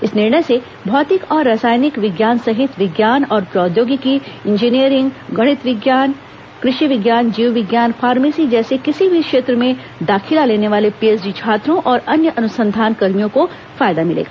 इस निर्णय से भौतिक और रासायनिक विज्ञान सहित विज्ञान और प्रौद्योगिकी इंजीनियरिंग गणितीय विज्ञान कृषि विज्ञान जीव विज्ञान फार्मेसी जैसे किसी भी क्षेत्र में दाखिला लेने वाले पीएचडी छात्रों और अन्य अनुसंधान कर्मियों को फायदा मिलेगा